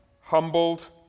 humbled